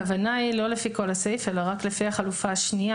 הכוונה היא לא לפי כל הסעיף אלא רק לפי החלופה השנייה